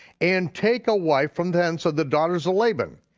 and take a wife from thence of the daughters of laban,